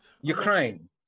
Ukraine